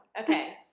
okay